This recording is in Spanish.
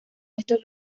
estos